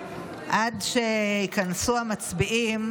עד שייכנסו המצביעים